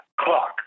clock